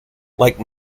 like